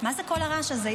מה זה כל הרעש הזה?